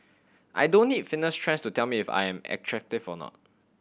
I don't need fitness trends to tell me if I am attractive or not